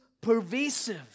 pervasive